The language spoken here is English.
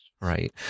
Right